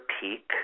peak